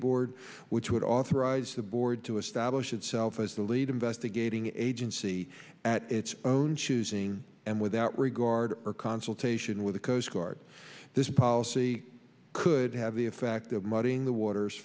board which would authorize the board to establish itself as the lead investigating agency at its own choosing and without regard or consultation with the coast guard this policy could have the effect of muddying the water